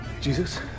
Jesus